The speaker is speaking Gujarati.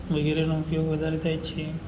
વગેરેનો ઉપયોગ વધારે થાય છે